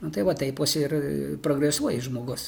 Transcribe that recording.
nu tai va taip pos ir progresuoji žmogus